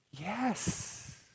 Yes